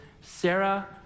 Sarah